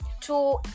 two